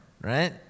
right